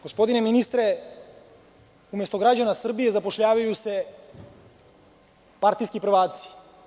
Gospodine ministre, umesto građana Srbije zapošljavaju se partijski prvaci.